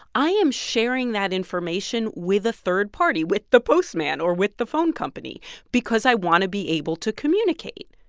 i am sharing that information with a third party, with the postman or with the phone company because i want to be able to communicate.